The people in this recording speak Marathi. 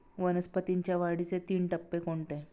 वनस्पतींच्या वाढीचे तीन टप्पे कोणते?